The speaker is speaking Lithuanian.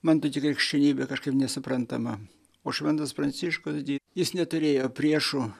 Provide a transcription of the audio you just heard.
man tokia krikščionybė kažkaip nesuprantama o šventas pranciškus jis neturėjo priešų